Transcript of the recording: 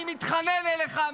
אני מתחנן אליך,